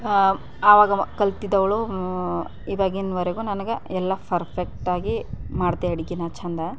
ಆವಾಗ ಕಲ್ತಿದ್ದವಳು ಇವಾಗಿನವರೆಗೂ ನನಗೆ ಎಲ್ಲ ಫರ್ಫೆಕ್ಟಾಗಿ ಮಾಡ್ತೆ ಅಡುಗೆ ನಾ ಚೆಂದ